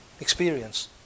experience